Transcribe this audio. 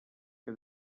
que